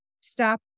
stop